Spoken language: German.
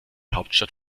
hauptstadt